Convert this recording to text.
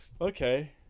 Okay